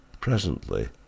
Presently